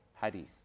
hadith